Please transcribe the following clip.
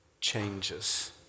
changes